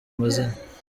amazina